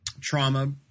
trauma